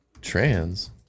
Trans